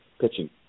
pitching